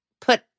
put